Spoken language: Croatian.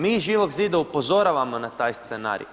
Mi iz Živog zida upozoravamo na taj scenarij.